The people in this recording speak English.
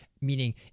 Meaning